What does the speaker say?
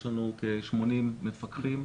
יש לנו כ-80 מפקחים,